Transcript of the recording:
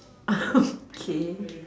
okay